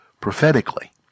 prophetically